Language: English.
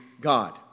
God